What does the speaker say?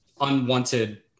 unwanted